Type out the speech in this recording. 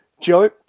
Joe